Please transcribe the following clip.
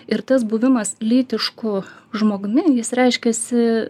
ir tas buvimas lytišku žmogumi jis reiškiasi